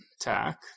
tack